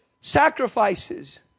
sacrifices